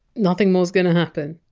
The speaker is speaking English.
nothing more is going to happen.